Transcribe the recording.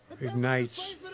ignites